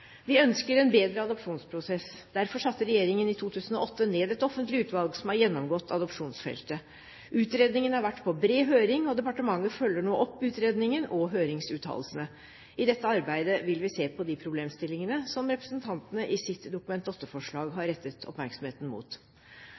Vi ønsker en bedre adopsjonsprosess. Derfor satte regjeringen i 2008 ned et offentlig utvalg som har gjennomgått adopsjonsfeltet. Utredningen har vært på bred høring, og departementet følger nå opp utredningen og høringsuttalelsene. I dette arbeidet vil vi se på de problemstillingene som representantene i sitt Dokument 8-forslag har rettet oppmerksomheten mot.